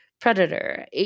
Predator